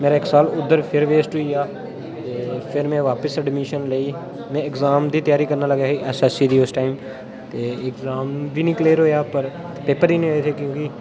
मेरा इक साल उद्धर फिर वेस्ट होई गेआ फिर में बापस एडमिशन लेई में एग्जाम दी त्यारी करन लग्गेआ ही एसएससी दी उस टाइम ते एग्जाम बी नी क्लियर होआ पर पेपर गी नी होए क्योंकि